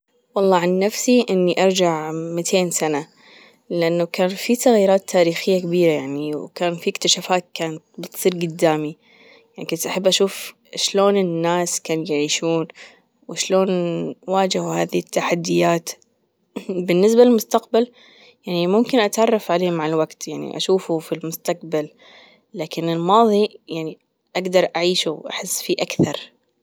والله عن نفسي إني أرجع ميتين سنة لأنه كان في تغييرات تاريخية كبيرة يعني وكان في إكتشافات كان بتصير جدامي كنت أحب أشوف شلون الناس كانوا يعيشون وشلون واجهوا هذي التحديات؟ بالنسبة للمستقبل يعني ممكن أتعرف عليه مع الوجت يعني أشوفه في المستقبل لكن الماضي يعني أجدر أعيشه وأحس فيه أكثر.